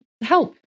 help